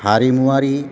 हारिमुवारि